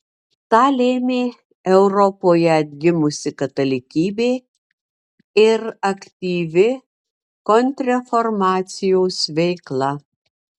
tą lėmė europoje atgimusi katalikybė ir aktyvi kontrreformacijos veikla